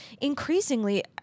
increasingly